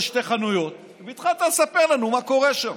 שתי חנויות והתחלת לספר לנו מה קורה שם.